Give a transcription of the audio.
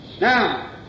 Now